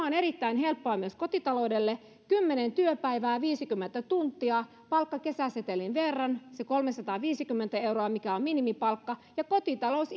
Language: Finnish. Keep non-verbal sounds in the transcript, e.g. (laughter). (unintelligible) on erittäin helppoa myös kotitaloudelle kymmenen työpäivää viisikymmentä tuntia palkka kesäsetelin verran se kolmesataaviisikymmentä euroa mikä on minimipalkka ja kotitalous (unintelligible)